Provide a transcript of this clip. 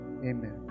Amen